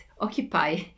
occupy